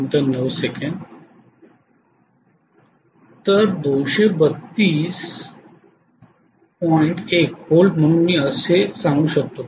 1 volt म्हणून मी सांगू शकतो की 232